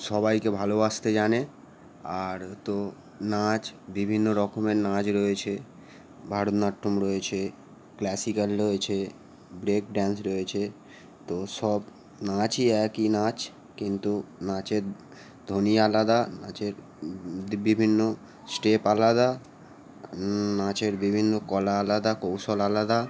সবাইকে ভালোবাসতে জানে আর তো নাচ বিভিন্ন রকমের নাচ রয়েছে ভারতনাট্যম রয়েছে ক্ল্যাসিক্যাল রয়েছে ব্রেক ড্যান্স রয়েছে তো সব নাচই একই নাচ কিন্তু নাচের ধ্বনি আলাদা নাচের বিভিন্ন স্টেপ আলাদা নাচের বিভিন্ন কলা আলাদা কৌশল আলাদা